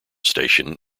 station